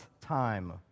time